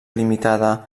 limitada